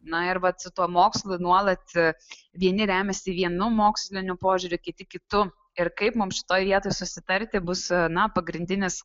na ir vat su tuo mokslu nuolat vieni remiasi vienu moksliniu požiūriu kiti kitu ir kaip mums šitoj vietoj susitarti bus na pagrindinis